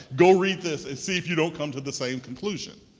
go read this and see if you don't come to the same conclusion.